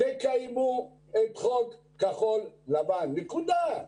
אנחנו מבקשים לקיים את חוק כחול לבן, נקודה.